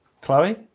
Chloe